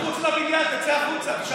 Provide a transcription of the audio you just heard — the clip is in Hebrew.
מחוץ לבניין, תצא החוצה, תשאל את האנשים.